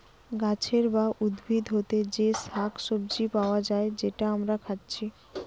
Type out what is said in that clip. গাছের বা উদ্ভিদ হোতে যে শাক সবজি পায়া যায় যেটা আমরা খাচ্ছি